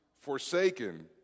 forsaken